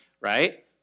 right